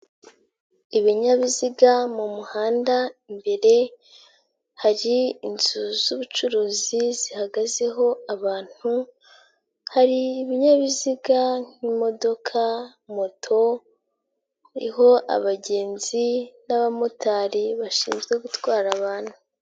Ibinyabiziga mu muhanda imbere hari inzu z'ubucuruzi zihagazeho, abantu hari ibinyabiziga nk'imodoka, moto iriho abagenzi n'abamotari bashinzwe gutwara abantu.